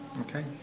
Okay